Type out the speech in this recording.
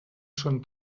són